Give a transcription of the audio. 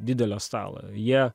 didelio stalo jie